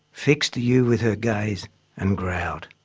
fixed the ewe with her gaze and growled.